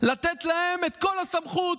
לתת להם את כל הסמכות,